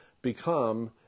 become